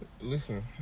Listen